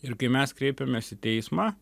ir kai mes kreipiamės į teismą